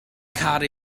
car